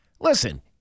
Listen